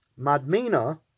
Madmina